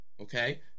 okay